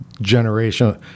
generation